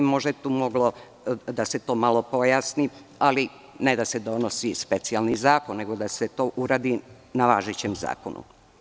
Možda bi tu moglo da se malo pojasni, ali ne da se donosi specijalni zakon, nego da se to uradi na važećem zakonu.